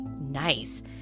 nice